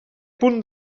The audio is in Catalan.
punt